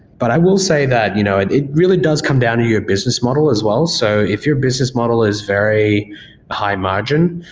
but i will say that you know and it really does come down to your business model as well. so, if your business model is very high-margin,